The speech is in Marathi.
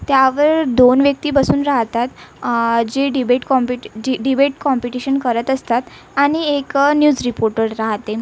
त्यावेळी दोन व्यक्ती बसून राहतात जे डिबेट कॉम्पिट जे डिबेट कॉम्पिटिशन करत असतात आणि एक न्यूज रिपोटर राहते